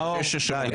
נאור, נאור, די.